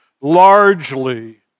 largely